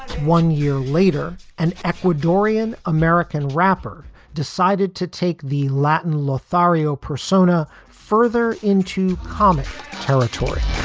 one year later, an ecuadorian american rapper decided to take the latin lothario persona further into comic territory